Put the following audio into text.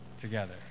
together